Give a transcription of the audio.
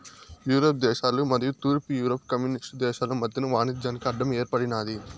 Europe దేశాలు మరియు తూర్పు యూరప్ కమ్యూనిస్టు దేశాలు మధ్యన వాణిజ్యానికి అడ్డం ఏర్పడినాది